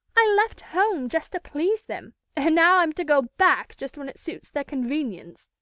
i left home just to please them, and now i'm to go back just when it suits their convenience.